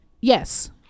yes